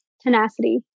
Tenacity